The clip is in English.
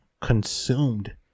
consumed